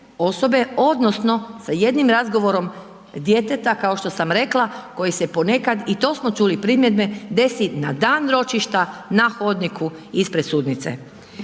osobe odnosno sa jednim razgovorom djeteta kao što sam rekla koje se poneka i to smo čuli primjedbe desi na dan ročišta, na hodniku, ispred sudnice.